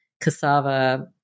cassava